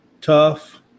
tough